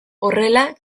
horrela